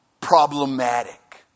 problematic